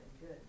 good